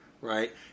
Right